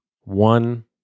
one